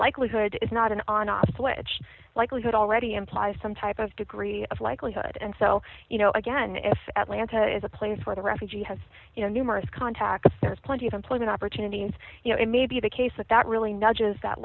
likelihood is not an on off switch likelihood already implies some type of degree of likelihood and so you know again if atlanta is a place where the refugee has you know numerous contacts there's plenty of employment opportunities you know it may be the case that that really n